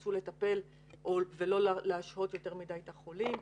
ירצו לטפל ולא להשהות יותר מדי את החולים,